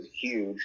huge